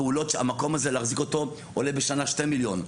המקום הזה, להחזיק אותו עולה בשנה 2 מיליון.